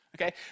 Okay